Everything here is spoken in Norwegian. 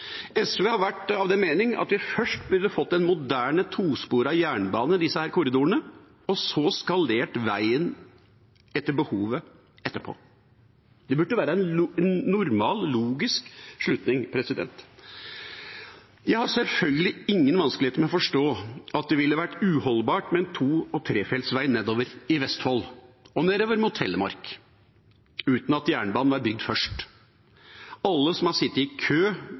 SV har vært av den mening at vi først burde fått en moderne tosporet jernbane i disse korridorene, og så skalert veien – etter behovet – etterpå. Det burde være en normal, logisk slutning. Jeg har selvfølgelig ingen vanskeligheter med å forstå at det ville vært uholdbart med en to- og trefeltsvei nedover i Vestfold, og nedover mot Telemark, uten at jernbanen er bygd først. Alle som har sittet i kø